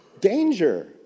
danger